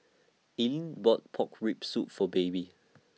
Ilene bought Pork Rib Soup For Baby